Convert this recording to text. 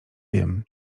wiem